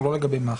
הוא לא לגבי מח"ש.